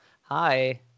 Hi